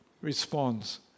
responds